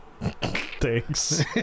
Thanks